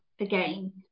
again